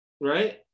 right